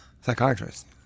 psychiatrist